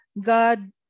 God